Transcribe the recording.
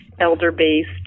elder-based